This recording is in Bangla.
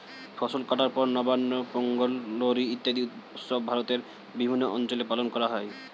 ফসল কাটার পর নবান্ন, পোঙ্গল, লোরী ইত্যাদি উৎসব ভারতের বিভিন্ন অঞ্চলে পালন করা হয়